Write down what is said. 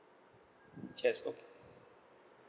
yes oh